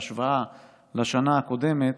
בהשוואה לשנה הקודמת,